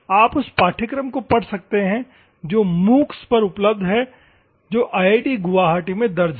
आप उस पाठ्यक्रम को पढ़ सकते हैं जो MOOCs पर उपलब्ध है जो IIT गुवाहाटी में दर्ज है